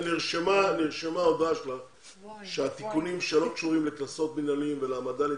נרשמה ההודעה שלך שהתיקונים שלא קשורים בקנסות מינהליים ולהעמדה לדין,